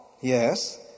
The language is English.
Yes